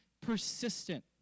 persistent